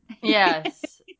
yes